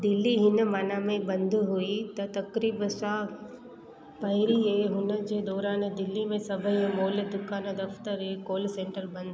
दिल्ली हिन माना में बंदि हुई त तक़रीब सां पहिरीं ऐं हुनजे दौरानु दिल्ली में सभेई मॉल दुकानूं दफ़्तर ऐं कॉल सेंटर बंदि हुआ